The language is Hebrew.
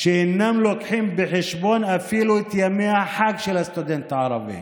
שאינם מביאים בחשבון אפילו את ימי החג של הסטודנט הערבי.